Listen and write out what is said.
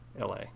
LA